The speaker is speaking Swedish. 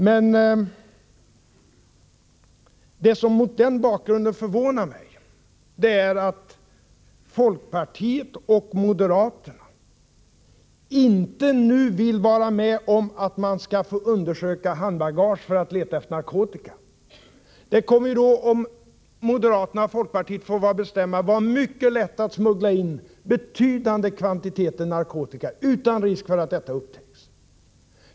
Med det som bakgrund förvånar det mig att folkpartiet och moderaterna inte nu vill vara med om att man skall få undersöka handbagage för att leta efter narkotika. Om moderaterna och folkpartiet får bestämma kommer det att vara mycket lätt att smuggla in betydande kvantiteter narkotika utan risk för att detta upptäcks.